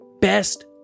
Best